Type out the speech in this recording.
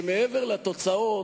שמעבר לתוצאות,